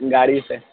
گاڑی سے